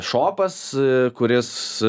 šopas kuris